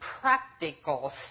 practical